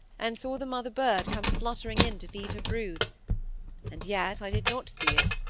and saw the mother-bird come fluttering in to feed her brood and yet i did not see it,